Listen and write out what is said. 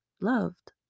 loved